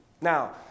Now